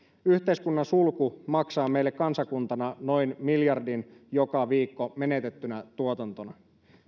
yhteiskunnan sulku maksaa meille kansakuntana noin miljardin joka viikko menetettynä tuotantona